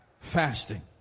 fasting